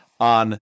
on